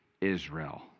Israel